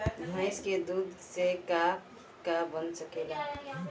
भइस के दूध से का का बन सकेला?